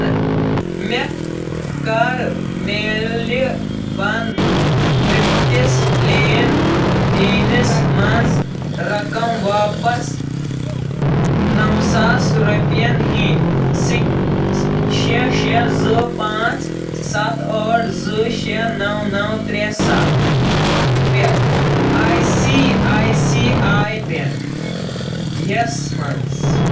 مےٚ کَر مِلہِ بنٛد گٔمتِس لین دینس منٛز رقم واپس نَو ساس رۄپیَن ہِنٛدۍ شےٚ شےٚ زٕ پانٛژھ سَتھ ٲٹھ زٕ شےٚ نَو نَو ترٛےٚ سَتھ پٮ۪ٹھ I C I C I bank یَس مَنٛز